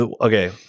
okay